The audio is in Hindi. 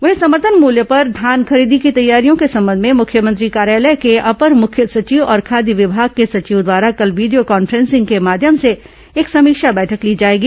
वहीं समर्थन मूल्य पर धान खरीदी की तैयारियों के संबंध में मुख्यमंत्री कार्यालय के अपर मुख्य सचिव और खाद्य विभाग के सचिव द्वारा कल वीडियो कॉन्फ्रेंसिंग के माध्यम से एक समीक्षा बैठक ली जाएगी